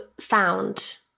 found